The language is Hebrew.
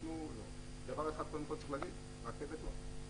דבר אחד צריך להגיד קודם כל,